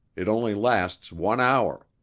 it only lasts one hour.